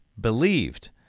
believed